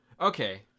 Okay